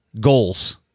Goals